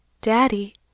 Daddy